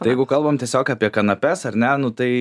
tai jeigu kalbam tiesiog apie kanapes ar ne nu tai